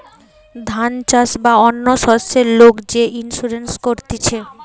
ধান চাষ বা অন্য শস্যের লোক যে ইন্সুরেন্স করতিছে